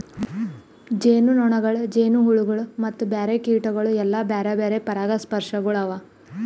ಜೇನುನೊಣಗೊಳ್, ಜೇನುಹುಳಗೊಳ್ ಮತ್ತ ಬ್ಯಾರೆ ಕೀಟಗೊಳ್ ಎಲ್ಲಾ ಬ್ಯಾರೆ ಬ್ಯಾರೆ ಪರಾಗಸ್ಪರ್ಶಕಗೊಳ್ ಅವಾ